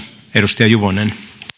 edustaja juvonen